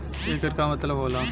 येकर का मतलब होला?